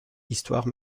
histoire